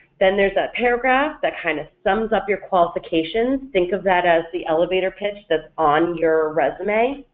then there's that paragraph that kind of sums up your qualifications, think of that as the elevator pitch that's on your resume.